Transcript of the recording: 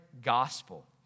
gospel